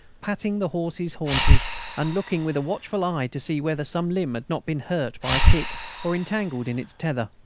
patting the horses' haunches and looking with a watchful eye to see whether some limb had not been hurt by a kick or entangled in its tether.